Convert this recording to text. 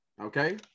okay